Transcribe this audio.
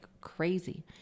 crazy